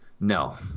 No